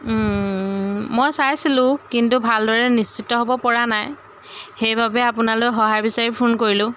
মই চাইছিলোঁ কিন্তু ভালদৰে নিশ্চিত হ'ব পৰা নাই সেইবাবে আপোনালৈ সহায় বিচাৰি ফোন কৰিলোঁ